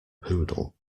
poodle